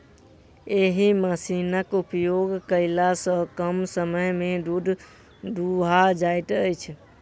एहि मशीनक उपयोग कयला सॅ कम समय मे दूध दूहा जाइत छै